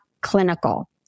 clinical